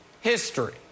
history